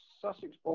sussex